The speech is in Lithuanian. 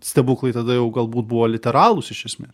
stebuklai tada jau galbūt buvo literalūs iš esmės